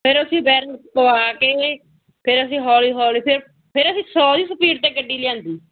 ਫਿਰ ਅਸੀਂ ਬੈਰੰਗ ਪਵਾ ਕੇ ਫਿਰ ਅਸੀਂ ਹੌਲੀ ਹੌਲੀ ਫਿਰ ਫਿਰ ਅਸੀਂ ਸੌ ਦੀ ਸਪੀਡ 'ਤੇ ਗੱਡੀ ਲਿਆਂਦੀ